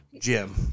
Jim